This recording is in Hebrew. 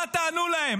מה תענו להם?